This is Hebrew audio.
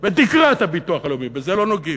ואת תקרת הביטוח הלאומי, בזה לא נוגעים.